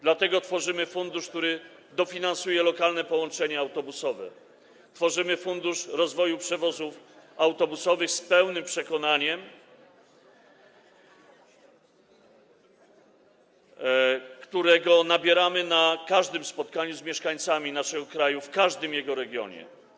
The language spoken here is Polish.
Dlatego tworzymy fundusz, który dofinansuje lokalne połączenia autobusowe, tworzymy fundusz rozwoju przewozów autobusowych, z pełnym przekonaniem, którego nabieramy na każdym spotkaniu z mieszkańcami naszego kraju w każdym jego regionie.